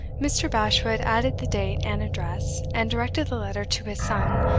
mr. bashwood added the date and address, and directed the letter to his son,